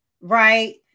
right